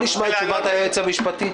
נשמע את תשובת היועץ המשפטי.